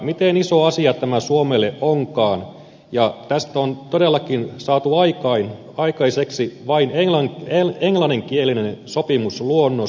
miten iso asia tämä suomelle onkaan ja tästä on todellakin saatu aikaiseksi vain englanninkielinen sopimusluonnos